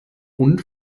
und